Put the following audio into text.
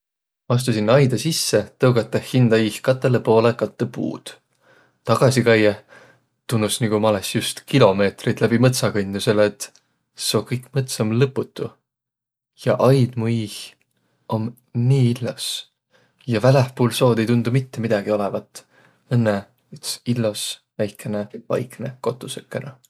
Ma astu sinnäq aida sisse, tõugatõh hindä iih katõlõ poolõ kattõ puud. Tagasi kaiõh tunnus, nigu ma olõs just kilomeetriid läbi mõtsa kõndnuq, selle et seo kõik mõts om lõputu. Ja aid mu iih om nii illos ja välähpuul seod ei tunduq mitte midägi olõvat, õnnõ üts illos väikene, vaiknõ kotusõkõnõ.